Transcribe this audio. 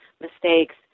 mistakes